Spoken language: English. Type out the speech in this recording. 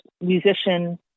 musician